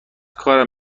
کارم